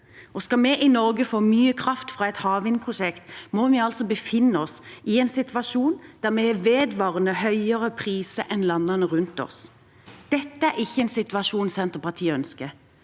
Skal vi i Norge få mye kraft fra et havvindprosjekt, må vi befinne oss i en situasjon der vi har vedvarende høyere priser enn landene rundt oss. Dette er ikke en situasjon Senterpartiet ønsker.